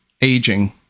aging